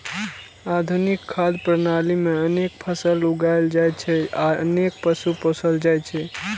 आधुनिक खाद्य प्रणाली मे अनेक फसल उगायल जाइ छै आ अनेक पशु पोसल जाइ छै